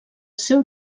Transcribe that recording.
seu